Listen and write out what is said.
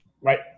Right